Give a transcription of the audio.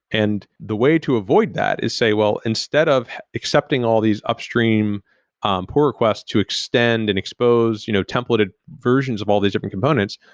and the way to avoid that is say, well, instead of accepting all these upstream um pull requests to extend and expose you know template ah versions of all these different components,